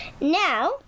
Now